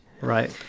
Right